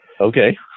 Okay